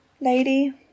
lady